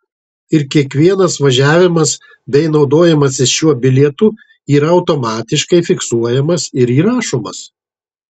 ir kiekvienas važiavimas bei naudojimasis šiuo bilietu yra automatiškai fiksuojamas ir įrašomas